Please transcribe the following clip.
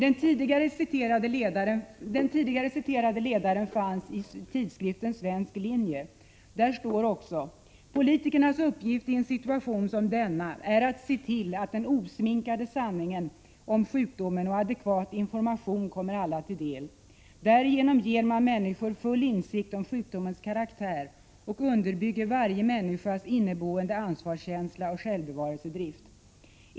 Den tidigare citerade ledaren fanns i tidskriften Svensk linje. I ledaren står också: ”Politikernas uppgift i en situation som denna är att se till att den osminkade sanningen om sjukdomen och adekvat information kommer alla till del. Därigenom ger man människor full insikt om sjukdomens karaktär och underbygger varje människas inneboende ansvarskänsla och självbevarelsedrift.